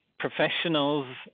professionals